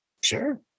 Sure